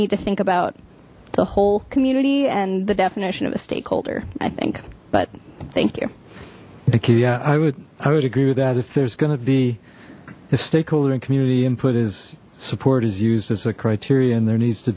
need to think about the whole community and the definition of a stakeholder i think but thank you thank you yeah i would i would agree with that if there's gonna be if stakeholder and community input is support is used as a criteria and there needs to